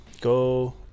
Go